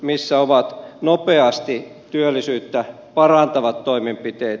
missä ovat nopeasti työllisyyttä parantavat toimenpiteet